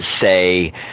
say